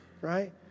Right